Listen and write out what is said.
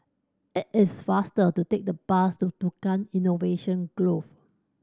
it is faster to take the bus to Tukang Innovation Grove